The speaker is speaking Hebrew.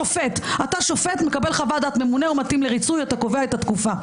שופט מקבל חוות דעת ממונה אם הוא מתאים לריצוי והוא קובע את התקופה.